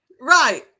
Right